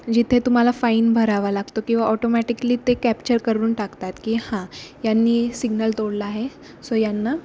जिथे तुम्हाला फाईन भरावा लागतो किंवा ऑटोमॅटिकली ते कॅप्चर करून टाकतात की हां यांनी सिग्नल तोडला आहे सो यांना